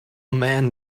man